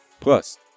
Plus